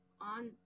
on